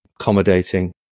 accommodating